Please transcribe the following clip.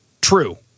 true